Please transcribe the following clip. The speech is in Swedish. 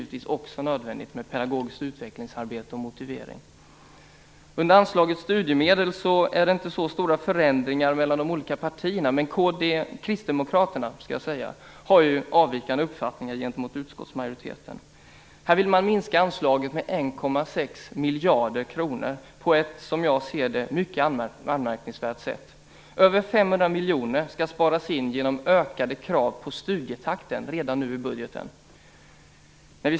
Det är givetvis nödvändigt också med pedagogiskt utvecklingsarbete och motivering. Under anslaget Studiemedel är det inte så stora skillnader mellan de olika partiernas förslag, men Kristdemokraterna har ju en annan uppfattning än utskottsmajoriteten. Här vill man minska anslaget med 1,6 miljarder kronor på ett mycket anmärkningsvärt sätt. Över 500 miljoner skall sparas in genom ökade krav på studietakten redan nu i budgeten.